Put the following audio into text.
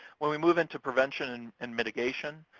when we move into prevention and mitigation,